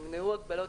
נמנעו הגבלות,